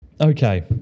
Okay